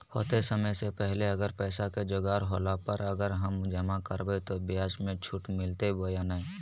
होतय समय से पहले अगर पैसा के जोगाड़ होला पर, अगर हम जमा करबय तो, ब्याज मे छुट मिलते बोया नय?